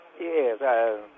Yes